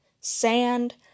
sand